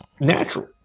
natural